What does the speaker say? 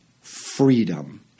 freedom